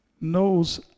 knows